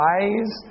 wise